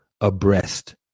abreast